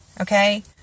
Okay